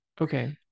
Okay